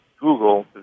Google